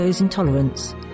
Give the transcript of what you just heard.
intolerance